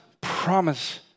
promise